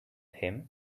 him